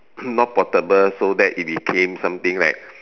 not portable so that it became something like